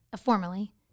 formally